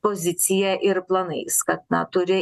pozicija ir planais kad na turi